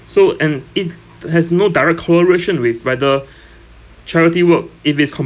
so and it has no direct correlation with whether charity work if it's com